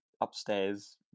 upstairs